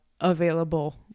available